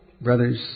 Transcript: Brothers